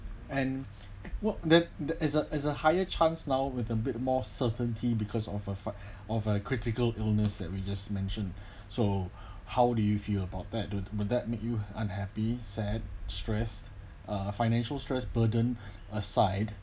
and what that there is a is a higher chance now with a bit more certainty because of a flood of critical illness that we just mention so how do you feel about that would that make you unhappy sad stressed uh financial stress burden aside